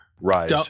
Rise